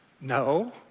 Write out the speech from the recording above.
No